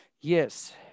Yes